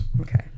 Okay